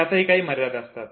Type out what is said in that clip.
यातही काही मर्यादा असतात